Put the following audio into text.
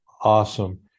awesome